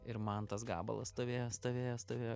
ir man tas gabalas stovėjo stovėjo stovėjo